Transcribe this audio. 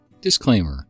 disclaimer